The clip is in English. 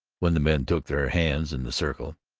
when the men took their hands in the circle.